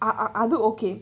are are are அது: athu okay